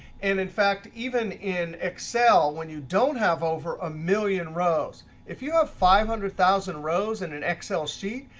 and in fact, even in excel when you don't have over a million rows if you have five hundred thousand rows in an excel sheet,